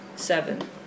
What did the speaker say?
Seven